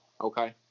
okay